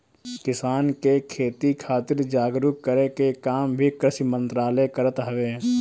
किसान के खेती खातिर जागरूक करे के काम भी कृषि मंत्रालय करत हवे